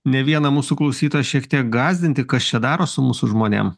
ne vieną mūsų klausytoją šiek tiek gąsdinti kas čia daros su mūsų žmonėm